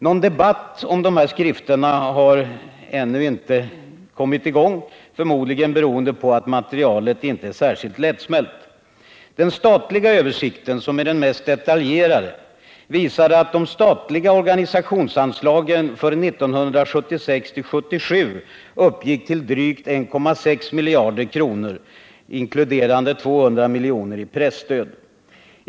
Någon debatt om de här skrifterna har ännu inte kommit i gång, förmodligen beroende på att materialet inte är särskilt lättsmält. Den statliga översikten — som är den mest detaljerade — visade att de statliga organisationsanslagen för 1976/77 uppgick till drygt 1,6 miljarder kronor — inkluderande 200 miljoner i presstöd.